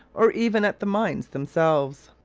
or even at the mines themselves.